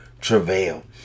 travail